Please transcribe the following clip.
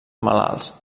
malalts